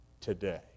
today